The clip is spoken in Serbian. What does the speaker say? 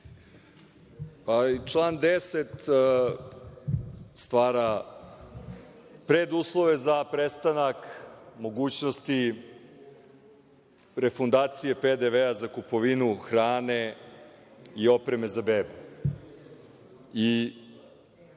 Član 10. stvara preduslove za prestanak mogućnosti refundacije PDV za kupovinu hrane i opreme za bebe.